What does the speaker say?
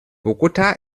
bogotá